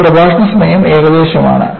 ഈ പ്രഭാഷണ സമയം ഏകദേശമാണ്